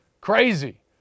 Crazy